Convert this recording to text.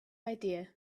idea